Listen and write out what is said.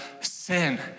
sin